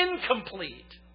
incomplete